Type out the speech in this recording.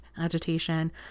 agitation